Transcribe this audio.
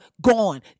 gone